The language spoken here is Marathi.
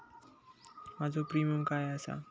माझो प्रीमियम काय आसा?